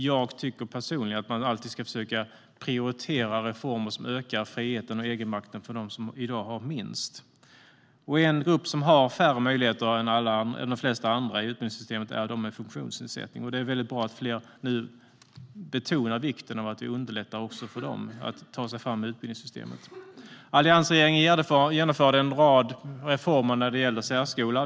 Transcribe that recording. Jag tycker personligen att man alltid ska försöka prioritera reformer som ökar friheten och egenmakten för dem som i dag har minst. En grupp som har färre möjligheter än de flesta andra i utbildningssystemet är de med funktionsnedsättning. Det är bra att fler betonar vikten av att underlätta också för dem att ta sig fram i utbildningssystemet. Alliansregeringen genomförde en rad reformer när det gäller särskolan.